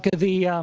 the